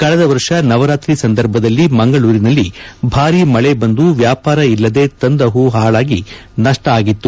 ಕಳೆದ ವರ್ಷ ನವರಾತ್ರಿ ಸಂದರ್ಭದಲ್ಲಿ ಮಂಗಳೂರಿನಲ್ಲಿ ಭಾರೀ ಮಳೆ ಬಂದು ವ್ಯಾಪಾರ ಇಲ್ಲದೆ ತಂದ ಹೂ ಹಾಳಾಗಿ ನಷ್ಟ ಆಗಿತ್ತು